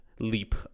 leap